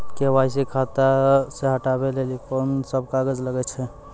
KYC खाता से हटाबै लेली कोंन सब कागज लगे छै?